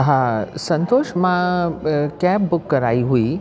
हा संतोष मां cab book कराई हुई